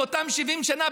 באותן 70 שנה,